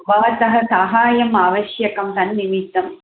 भवतः साहाय्यम् आवश्यकं तन्निमित्तम्